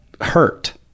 hurt